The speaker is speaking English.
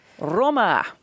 Roma